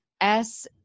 S-